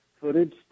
footage